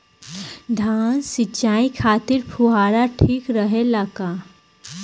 धान सिंचाई खातिर फुहारा ठीक रहे ला का?